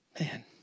Man